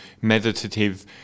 meditative